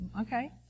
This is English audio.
Okay